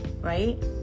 Right